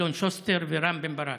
אלון שוסטר ורם בן ברק.